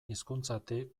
hizkuntzatik